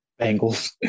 Bengals